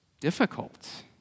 difficult